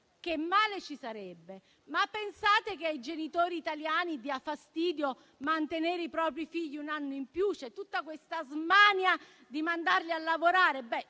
che male ci sarebbe? Pensate che ai genitori italiani dia fastidio mantenere i propri figli un anno in più e che ci sia tutta questa smania di mandarli a lavorare?